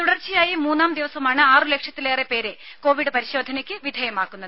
തുടർച്ചയായി മൂന്നാം ദിവസമാണ് ആറു ലക്ഷത്തിലേറെ പേരെ കോവിഡ് പരിശോധനയ്ക്ക് വിധേയമാക്കുന്നത്